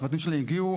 הצוותים שלי הגיעו,